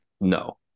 No